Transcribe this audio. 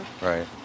Right